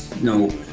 no